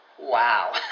wow